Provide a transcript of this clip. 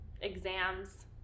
exams